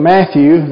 Matthew